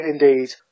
indeed